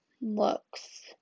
looks